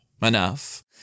enough